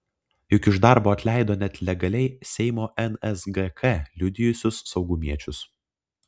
juk iš darbo atleido net legaliai seimo nsgk liudijusius saugumiečius